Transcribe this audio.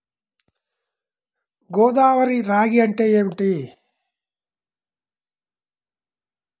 గోదావరి రాగి అంటే ఏమిటి?